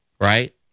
right